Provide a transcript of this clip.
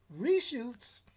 reshoots